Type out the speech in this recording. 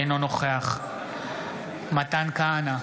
אינו נוכח מתן כהנא,